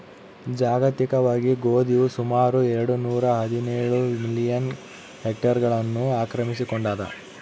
ಜಾಗತಿಕವಾಗಿ ಗೋಧಿಯು ಸುಮಾರು ಎರೆಡು ನೂರಾಹದಿನೇಳು ಮಿಲಿಯನ್ ಹೆಕ್ಟೇರ್ಗಳನ್ನು ಆಕ್ರಮಿಸಿಕೊಂಡಾದ